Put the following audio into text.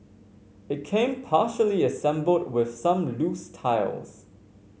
it came partially assembled with some loose tiles